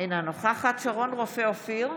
אינה נוכחת שרון רופא אופיר,